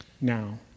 now